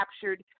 captured